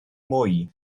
mwy